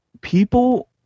People